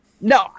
No